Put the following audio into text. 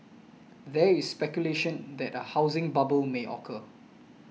there is speculation that a housing bubble may occur